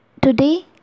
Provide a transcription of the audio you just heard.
today